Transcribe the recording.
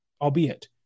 albeit